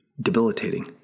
debilitating